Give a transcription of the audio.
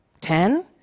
Ten